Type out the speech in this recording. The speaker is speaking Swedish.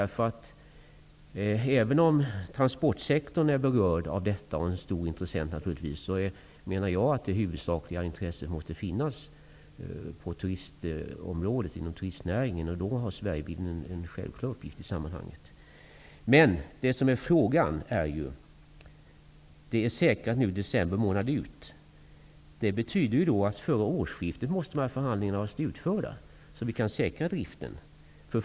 Även om transportsektorn är berörd av detta, och naturligtvis är en stor intressent, menar jag att det huvudsakliga intresset måste finnas inom turistnäringen. I det sammanhanget har Styrelsen för Sverigebilden en självklar uppgift. Verksamheten är nu säkrad december månad ut. Det betyder att förhandlingarna måste vara slutförda före årsskiftet för att driften skall säkras.